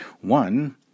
One